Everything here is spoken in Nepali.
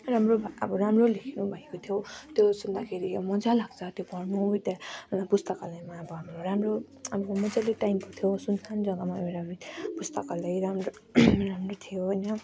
राम्रो अब राम्रो लेख्नु भएको थियो त्यो सुन्दाखेरि अब मजा लाग्छ त्यो पढ्नु ऊ त्यहाँ पुस्तकालयमा अब हाम्रो राम्रो अब मजाले टाइम पाउँथ्यौँ सुनसान जगामा गएर हामी पुस्तकालय राम्रो राम्रो थियो होइन